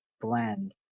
blend